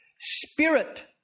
spirit